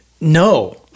No